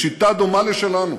בשיטה דומה לשלנו,